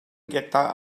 geta